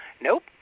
nope